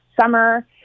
summer